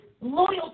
Loyalty